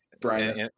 Brian